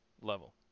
level